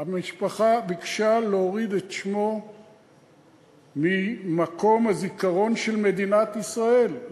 המשפחה ביקשה להוריד את שמו ממקום הזיכרון של מדינת ישראל.